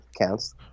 counts